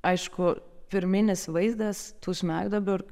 aišku pirminis vaizdas tų smegduobių ir